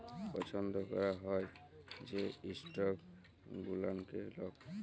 পছল্দ ক্যরা হ্যয় যে ইস্টক গুলানকে লক